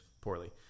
poorly